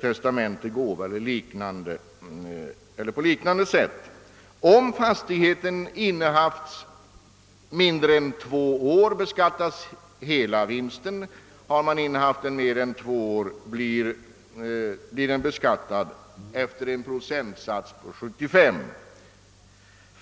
testamente, gåva eller på liknande sätt. Om fastigheten innehafts under kortare tid än två år beskattas hela vinsten; har den innehafts mer än två år blir den beskattad efter en procentsats på 75.